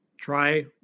Try